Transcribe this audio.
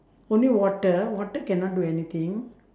only water water cannot do anything